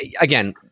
again